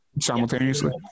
Simultaneously